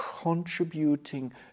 contributing